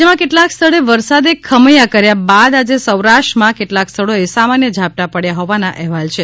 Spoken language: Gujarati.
રાજ્યમાં કેટલાક સ્થળે વરસાદે ખમૈયા કર્યા બાદ આજે સૌરાષ્ટ્રમાં કેટલાંક સ્થળોએ સામાન્ય ઝાપટાં પડ્યા હોવાના અહેવાલ છે